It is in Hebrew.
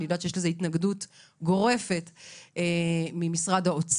אני יודעת שיש לזה התנגדות גורפת מצד משרד האוצר.